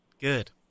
good